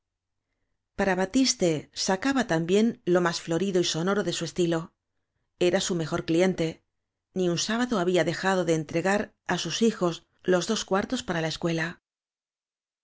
para batiste sacaba también lo más flori do y sonoro de su estilo era su mejor cliente ni un sábado había dejado de entregar á sus hijos los dos cuartos para la escuela